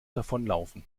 davonlaufen